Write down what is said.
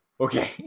Okay